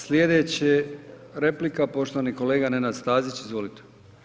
Slijedeća replika, poštovani kolega Nenad Stazić, izvolite.